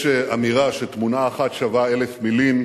יש אמירה שתמונה אחת שווה אלף מלים,